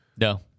No